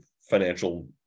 financial